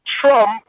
Trump